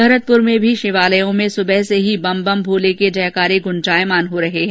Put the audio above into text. भरतपुर में भी शिवालयों में सुबह से ही बम्ब बम्ब भोले की जयकारे गुजायमान हो रहे हैं